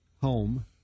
home